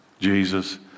Jesus